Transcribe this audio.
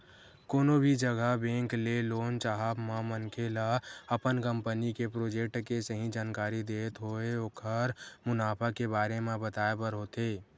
कोनो भी जघा बेंक ले लोन चाहब म मनखे ल अपन कंपनी के प्रोजेक्ट के सही जानकारी देत होय ओखर मुनाफा के बारे म बताय बर होथे